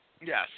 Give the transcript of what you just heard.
Yes